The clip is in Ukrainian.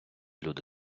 люди